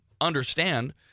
Understand